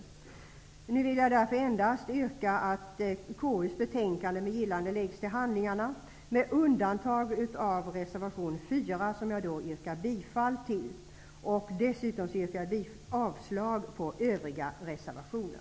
Därför vill jag nu endast yrka att KU:s betänkande med gillande läggs till handlingarna. Ett undantag är reservation 4, som jag yrkar bifall till. Dessutom yrkar jag avslag på övriga reservationer.